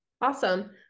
Awesome